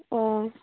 ꯑꯣ